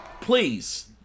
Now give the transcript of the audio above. please